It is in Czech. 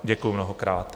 Děkuju mnohokrát.